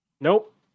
Nope